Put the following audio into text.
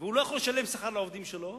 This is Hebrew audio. והוא לא יכול לשלם שכר לעובדים שלו,